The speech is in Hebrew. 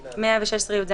"116יז.